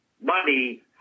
money